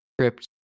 script